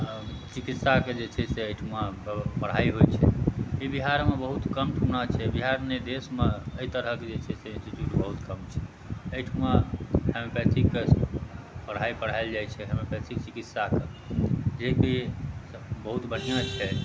चिकित्साके जे छै से एहिठुमा पढ़ाइ होइत छै ई बिहारमे बहुत कम ठुमा छै बिहारमे नहि देशमे एहि तरहके जे छै से इन्स्टिच्यूट बहुत कम छै एहिठुमा होमियोपैथिकके पढ़ाइ पढ़ायल जाइत छै होमियोपैथिक चिकित्साके जेकि बहुत बढ़िआँ छै